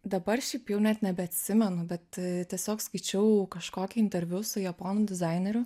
dabar šiaip jau net nebeatsimenu bet tiesiog skaičiau kažkokį interviu su japonu dizaineriu